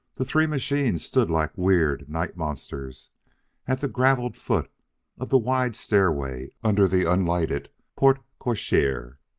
the three machines stood like weird night monsters at the gravelled foot of the wide stairway under the unlighted porte-cochere.